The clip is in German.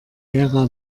ära